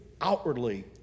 outwardly